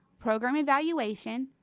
program evaluation,